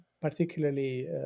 particularly